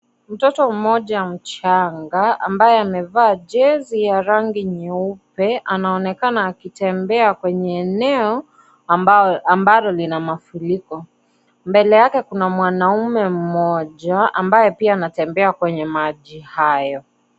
Mtoto mmoja mchanga, ambaye amevaa jezi ya rangi nyeupe, anaonekana akitembea kwenye eneo ambalo lina mafuriko. Mbele yake, kuna mwanaume mmoja ambaye pia anatembea kwenye maji hayo.